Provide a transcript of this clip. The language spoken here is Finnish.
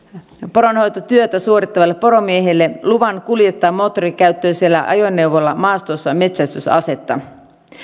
poronhoitotyötä suorittavalle poromiehelle luvan kuljettaa moottorikäyttöisellä ajoneuvolla maastossa metsästysasetta